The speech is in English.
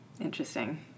Interesting